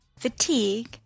Fatigue